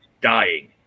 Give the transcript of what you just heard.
dying